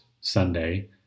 Sunday